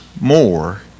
more